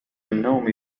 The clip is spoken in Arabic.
النوم